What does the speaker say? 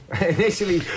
Initially